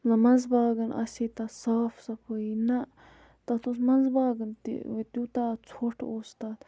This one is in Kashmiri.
مطب مَنٛز باغَن آسہِ ہے تَتھ صاف صفٲیی نہ تَتھ اوس مَنٛزٕ باغَن تہِ تیوٗتاہ ژھوٚٹھ اوس تَتھ